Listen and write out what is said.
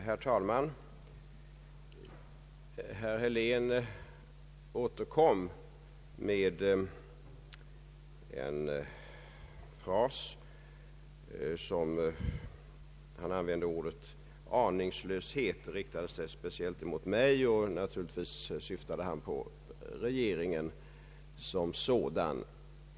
Herr talman! Herr Helén återkom med en fras där han använde ordet aningslöshet och riktade sig speciellt mot mig, men naturligtvis syftade han även på regeringen som sådan.